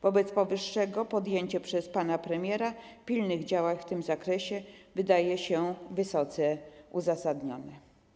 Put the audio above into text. Wobec powyższego podjęcie przez pana premiera pilnych działań w tym zakresie wydaje się wysoce uzasadnione.